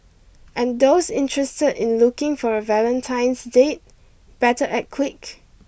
and those interested in looking for a Valentine's date better act quick